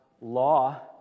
law